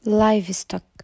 livestock